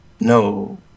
No